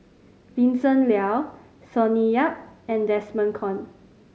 Vincent Leow Sonny Yap and Desmond Kon